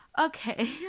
Okay